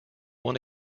one